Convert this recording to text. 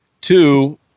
Two-